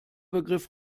begriff